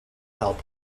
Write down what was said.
help